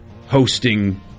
hosting